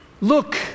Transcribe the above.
Look